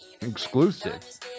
Exclusive